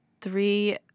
three